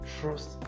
trust